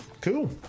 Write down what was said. Cool